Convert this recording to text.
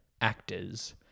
actors